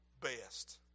best